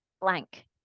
blank